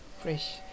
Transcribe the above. fresh